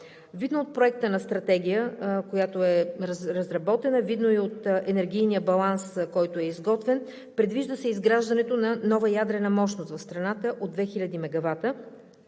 Видно от Проекта на стратегия, който е разработен, видно и от енергийния баланс, който е изготвен, предвижда се изграждането на нова ядрена мощност в страната от 2000 мегавата,